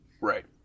Right